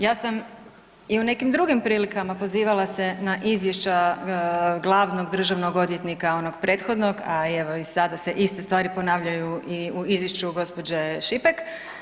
Ja sam i u nekim drugim prilikama pozivala se na izvješća glavnog državnog odvjetnika onog prethodnog, a evo i sada se iste stvari ponavljaju i u izvješću gospođe Šipek.